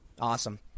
Awesome